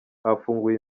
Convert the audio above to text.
hafunguwe